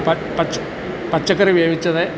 പച്ച പച്ചക്കറി വേവിച്ചത്